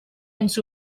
ens